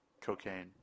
cocaine